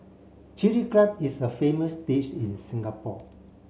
Chilli Crab is a famous dish in Singapore